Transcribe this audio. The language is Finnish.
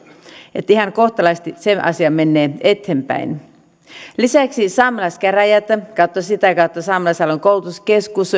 että ihan kohtalaisesti se asia menee eteenpäin lisäksi saamelaiskäräjät ja sitä kautta saamelaisalueen koulutuskeskus